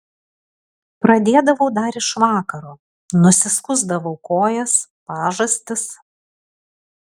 pradėdavau dar iš vakaro nusiskusdavau kojas pažastis